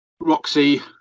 Roxy